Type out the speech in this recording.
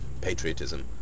patriotism